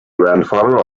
grandfather